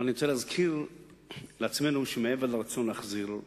אני רוצה להזכיר לעצמנו שמעבר לרצון להחזיר,